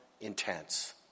intense